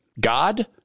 God